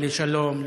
לא לשלום,